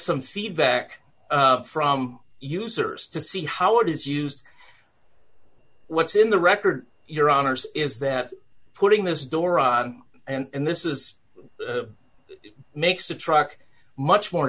some feedback from users to see how it is used what's in the record your honour's is that putting this door and this is it makes the truck much more